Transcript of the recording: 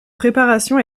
préparation